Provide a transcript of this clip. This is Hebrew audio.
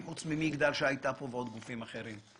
ומגדל שהייתה פה, הרי יש עוד גופים אחרים?